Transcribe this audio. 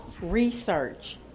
research